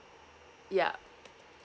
yeah